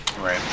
Right